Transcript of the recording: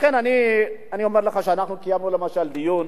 אני אומר לך שאנחנו למשל קיימנו דיון,